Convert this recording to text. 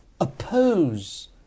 oppose